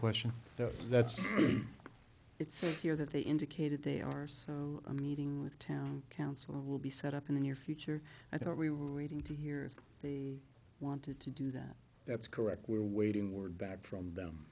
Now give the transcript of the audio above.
question that's it says here that they indicated they are so a meeting with the town council will be set up in the near future i thought we were waiting to hear they wanted to do that that's correct we are awaiting word back from them